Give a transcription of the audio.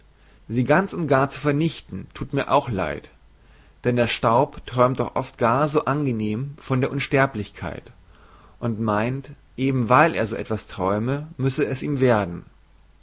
sie ganz und gar zu vernichten thut mir auch leid denn der staub träumt doch oft gar so angenehm von der unsterblichkeit und meint eben weil er so etwas träume müsse es ihm werden